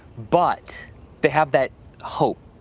but they have that hope.